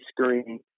screen